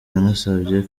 yanasabye